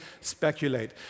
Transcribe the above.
speculate